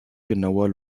genauer